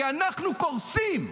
כי אנחנו קורסים.